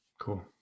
Cool